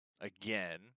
again